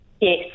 Yes